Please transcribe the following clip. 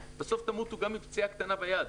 בסוף תמותו גם מפציעה קטנה ביד,